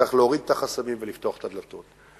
צריך להוריד ולפתוח את הדלתות.